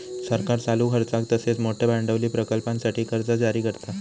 सरकार चालू खर्चाक तसेच मोठयो भांडवली प्रकल्पांसाठी कर्जा जारी करता